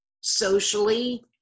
socially